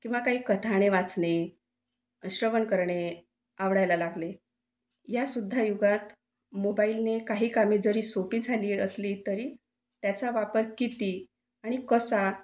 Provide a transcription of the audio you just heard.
किंवा काही कथाणे वाचणे श्रवण करणे आवडायला लागले यासुद्धा युगात मोबाईलने काही कामे जरी सोपी झाली असली तरी त्याचा वापर किती आणि कसा